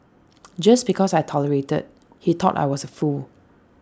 just because I tolerated he thought I was A fool